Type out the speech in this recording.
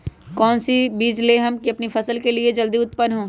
कौन सी बीज ले हम अपनी फसल के लिए जो जल्दी उत्पन हो?